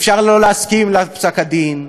אפשר שלא להסכים לפסק-הדין,